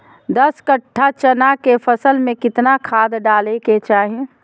दस कट्ठा चना के फसल में कितना खाद डालें के चाहि?